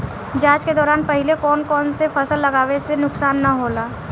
जाँच के दौरान पहिले कौन से फसल लगावे से नुकसान न होला?